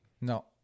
no